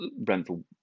Brentford